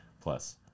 plus